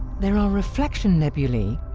there are reflection nebulae,